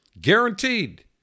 Guaranteed